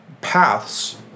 paths